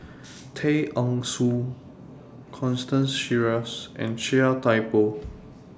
Tay Eng Soon Constance Sheares and Chia Thye Poh